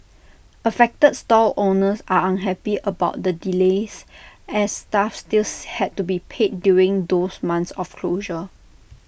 affected stall owners are unhappy about the delays as staff still had to be paid during those months of closure